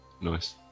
Nice